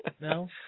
No